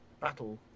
battle